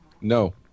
No